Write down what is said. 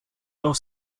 aufs